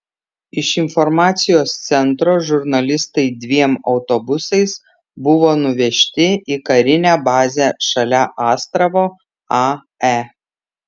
iš informacijos centro žurnalistai dviem autobusais buvo nuvežti į karinę bazę šalia astravo ae